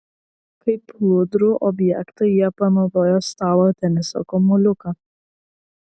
kaip plūdrų objektą jie panaudojo stalo teniso kamuoliuką